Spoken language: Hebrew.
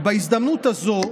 ובהזדמנות הזו,